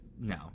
no